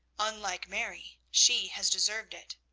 unlike mary, she has deserved it.